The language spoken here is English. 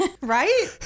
Right